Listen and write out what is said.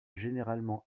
généralement